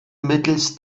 mittels